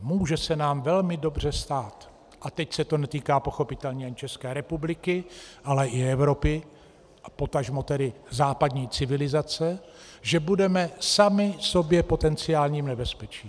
Může se nám velmi dobře stát, a teď se to netýká pochopitelně jenom České republiky, ale i Evropy a potažmo tedy západní civilizace, že budeme sami sobě potenciálním nebezpečím.